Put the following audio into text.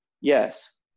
yes